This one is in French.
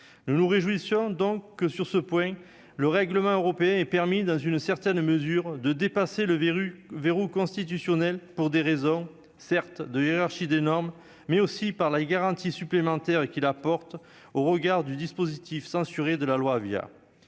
nous nous réjouissons donc que sur ce point, le règlement européen est permis dans une certaine mesure de dépasser le verrue verrou constitutionnel pour des raisons certes de hiérarchie des normes, mais aussi par la garantie supplémentaire et qu'il apporte au regard du dispositif censuré de la loi via